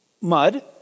mud